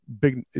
big